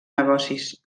negocis